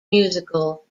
musical